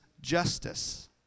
justice